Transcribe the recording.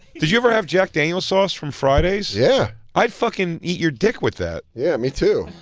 did you ever have jack daniel's sauce from friday's? yeah. i'd fucking eat your dick with that. yeah, me too.